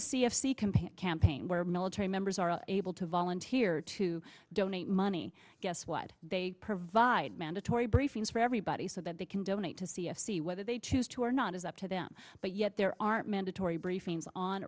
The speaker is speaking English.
complaint campaign where military members are able to volunteer to donate money guess what they provide mandatory briefings for everybody so that they can donate to see if the whether they choose to or not is up to them but yet there aren't mandatory briefings on